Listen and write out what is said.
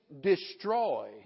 destroy